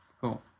Cool